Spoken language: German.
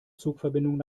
zugverbindungen